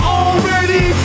already